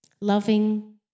loving